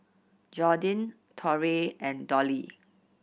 Jordyn Torrey and Dollie